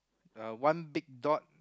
uh one big dot